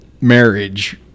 marriage